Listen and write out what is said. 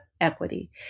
equity